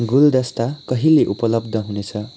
गुलदस्ता कहिले उपलब्ध हुनेछ